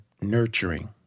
nurturing